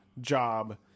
job